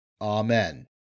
Amen